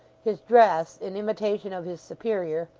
his dress, in imitation of his superior,